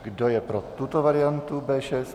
Kdo je pro tuto variantu B6?